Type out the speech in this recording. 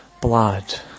blood